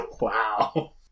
Wow